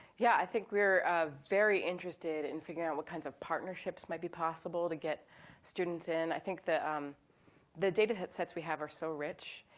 yeah, i think we're very interested in figuring out what kinds of partnerships might be possible to get students in. i think the um the datasets we have are so rich,